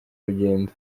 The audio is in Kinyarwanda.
rugendo